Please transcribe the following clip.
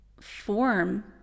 form